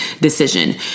decision